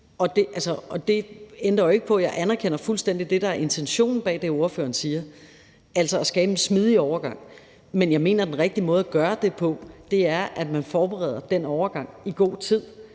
Og det ændrer jo ikke på, at jeg fuldstændig anerkender det, der er intentionen bag det, ordføreren siger, altså at skabe en smidig overgang. Men jeg mener, at den rigtige måde at gøre det på er, at man forbereder den overgang i god tid,